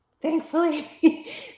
Thankfully